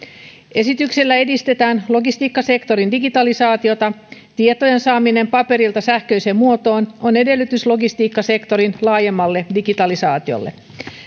esityksellä edistetään logistiikkasektorin digitalisaatiota tietojen saaminen paperilta sähköiseen muotoon on edellytys logistiikkasektorin laajemmalle digitalisaatiolle